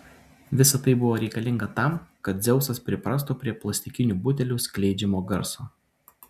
visa tai buvo reikalinga tam kad dzeusas priprastų prie plastikinių butelių skleidžiamo garso